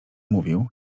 mówił